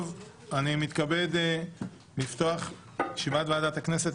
אני מתכבד לפתוח את ישיבת ועדת הכנסת.